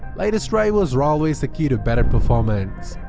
latest drivers are always a key to better performance.